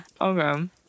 Okay